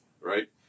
right